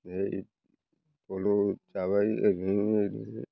बेहाय दलद जाबाय ओरैनिजों ओरैनिजों